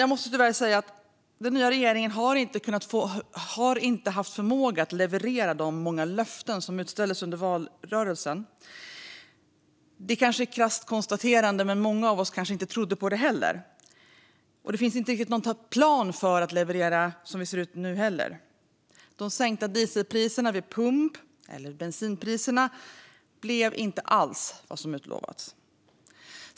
Jag måste tyvärr säga att den nya regeringen inte har haft förmåga att leverera efter alla de många löften som utställdes under valrörelsen. Det kanske är ett krasst konstaterande, men många av oss kanske inte trodde på det heller. Som det ser ut nu finns det heller inte riktigt någon plan för att leverera. De sänkta dieselpriserna - eller bensinpriserna - vid pump blev inte alls vad som utlovats.